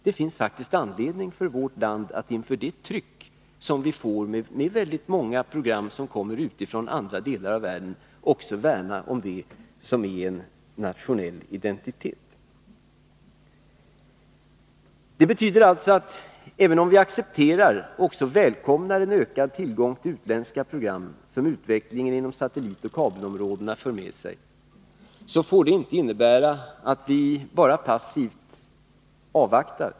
Det finns faktiskt anledning för vårt land att, inför det tryck som uppstår därför att en mängd program kommer utifrån andra delar av världen, också värna om det som är ett uttryck för en Nr 115 nationell identitet. Måndagen den Även om vi accepterar och också välkomnar en ökad tillgång till utländska 11 april 1983 program, som utvecklingen inom satellitoch kabelområdena för med sig, får det inte innebära att vi bara passivt avvaktar.